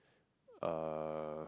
uh